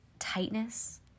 tightness